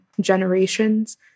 generations